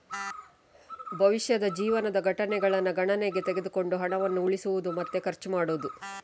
ಭವಿಷ್ಯದ ಜೀವನದ ಘಟನೆಗಳನ್ನ ಗಣನೆಗೆ ತೆಗೆದುಕೊಂಡು ಹಣವನ್ನ ಉಳಿಸುದು ಮತ್ತೆ ಖರ್ಚು ಮಾಡುದು